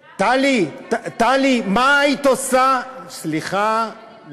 טלי, טלי, מה היית עושה, סליחה.